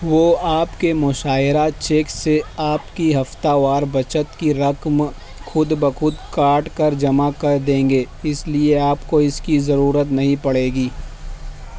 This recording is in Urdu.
وہ آپ کے مشاہرہ چیک سے آپ کی ہفتہ وار بچت کی رقم خود بخود کاٹ کر جمع کر دیں گے اس لیے آپ کو اس کی ضرورت نہیں پڑے گی